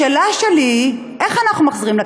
השאלה שלי היא איך אנחנו מחזירים לציבור.